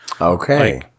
Okay